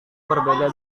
berbeda